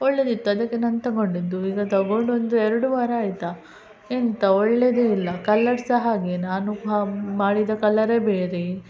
ಒಳ್ಳೆಯದಿತ್ತು ಅದಕ್ಕೆ ನಾನು ತೊಗೊಂಡಿದ್ದು ಈಗ ತೊಗೊಂಡು ಒಂದು ಎರಡು ವಾರ ಆಯ್ತು ಎಂತ ಒಳ್ಳೆಯದೇ ಇಲ್ಲ ಕಲರ್ ಸಹ ಹಾಗೇ ನಾನು ಮಾಡಿದ ಕಲರೇ ಬೇರೆ